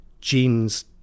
genes